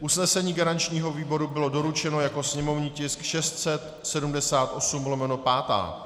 Usnesení garančního výboru bylo doručeno jako sněmovní tisk 678/5.